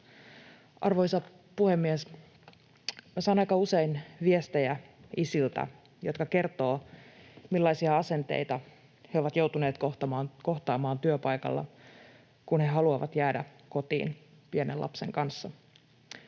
Arvoisa puhemies! Saan aika usein viestejä isiltä, jotka kertovat, millaisia asenteita he ovat joutuneet kohtaamaan työpaikalla, kun he haluavat jäädä kotiin pienen lapsen kanssa.